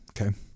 Okay